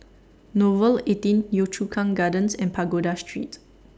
Nouvel eighteen Yio Chu Kang Gardens and Pagoda Street